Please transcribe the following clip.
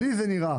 לי זה נראה,